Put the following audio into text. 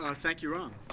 ah thank you, ram.